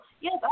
yes